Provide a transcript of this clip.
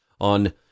On